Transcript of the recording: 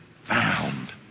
found